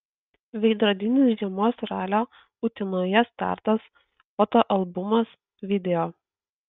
veidrodinis žiemos ralio utenoje startas fotoalbumas video